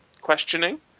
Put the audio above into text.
questioning